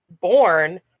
born